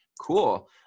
cool